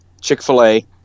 Chick-fil-A